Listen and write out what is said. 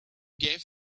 gave